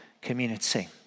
community